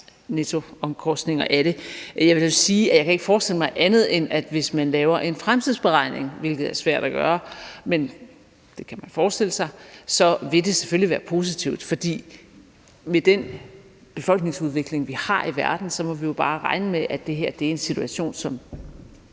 nettoomkostninger ved det. Jeg vil dog sige, at jeg ikke kan forestille mig andet, end at det, hvis man laver en fremtidsberegning – hvilket er svært at gøre, men det kan man forestille sig – selvfølgelig vil være positivt, for med den befolkningsudvikling, vi har i verden, må vi jo bare regne med, at det her er en situation, som